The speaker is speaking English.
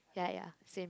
ya ya same